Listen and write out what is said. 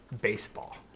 baseball